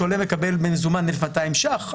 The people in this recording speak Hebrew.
עולה מקבל במזומן 1,200 שקלים,